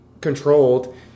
controlled